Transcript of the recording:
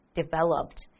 developed